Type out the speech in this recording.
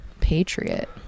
Patriot